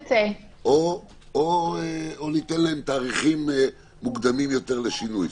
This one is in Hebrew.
אותם או ניתן להם תאריכים מוקדמים יותר לשינוי.